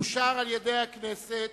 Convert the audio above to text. אושר על-ידי הכנסת.